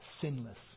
sinless